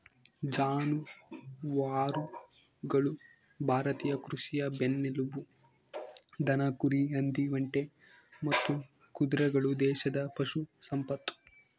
ಜಾನುವಾರುಗಳು ಭಾರತೀಯ ಕೃಷಿಯ ಬೆನ್ನೆಲುಬು ದನ ಕುರಿ ಹಂದಿ ಒಂಟೆ ಮತ್ತು ಕುದುರೆಗಳು ದೇಶದ ಪಶು ಸಂಪತ್ತು